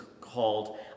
called